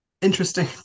interesting